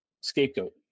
scapegoat